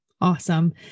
Awesome